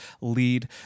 lead